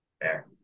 Fair